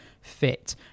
fit